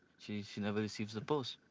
she she never receives the post.